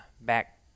back